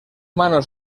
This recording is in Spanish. manos